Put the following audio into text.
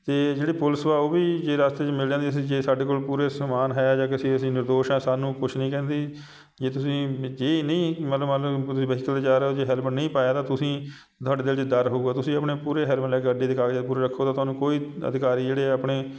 ਅਤੇ ਜਿਹੜੀ ਪੁਲਿਸ ਵਾ ਉਹ ਵੀ ਜੇ ਰਸਤੇ 'ਚ ਮਿਲ ਜਾਂਦੀ ਸੀ ਜੇ ਸਾਡੇ ਕੋਲ ਪੂਰੇ ਸਮਾਨ ਹੈ ਜਾਂ ਕਿਸੇ ਅਸੀਂ ਨਿਰਦੋਸ਼ ਹਾਂ ਸਾਨੂੰ ਕੁਛ ਨਹੀਂ ਕਹਿੰਦੀ ਜੇ ਤੁਸੀਂ ਜਾ ਰਹੇ ਹੋ ਜੇ ਹੈਲਮਟ ਨਹੀਂ ਪਾਇਆ ਤਾਂ ਤੁਸੀਂ ਤੁਹਾਡੇ ਦਿਲ 'ਚ ਡਰ ਹੋਵੇਗਾ ਤੁਸੀਂ ਆਪਣੇ ਪੂਰੇ ਹੈਲਮਟ ਲੈ ਕੇ ਗੱਡੀ ਦੇ ਕਾਗਜ਼ ਪੂਰੇ ਰੱਖੋ ਤਾਂ ਤੁਹਾਨੂੰ ਕੋਈ ਅਧਿਕਾਰੀ ਜਿਹੜੇ ਆ ਆਪਣੇ